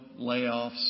layoffs